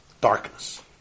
Darkness